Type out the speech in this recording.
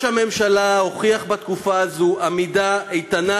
ראש הממשלה הוכיח בתקופה הזו עמידה איתנה